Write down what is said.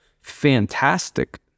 fantastic